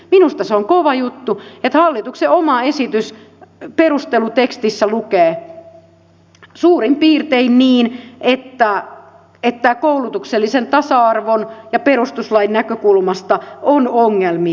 minusta se on kova juttu että hallituksen oman esityksen perustelutekstissä lukee suurin piirtein niin että koulutuksellisen tasa arvon ja perustuslain näkökulmasta on ongelmia